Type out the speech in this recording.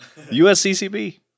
USCCB